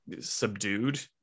subdued